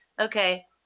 okay